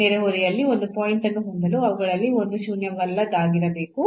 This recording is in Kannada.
ನೆರೆಹೊರೆಯಲ್ಲಿ ಒಂದು ಪಾಯಿಂಟ್ ಅನ್ನು ಹೊಂದಲು ಅವುಗಳಲ್ಲಿ ಒಂದು ಶೂನ್ಯವಲ್ಲದಾಗಿರಬೇಕು